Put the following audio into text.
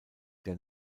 der